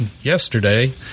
yesterday